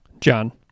John